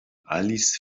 alice